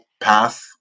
Path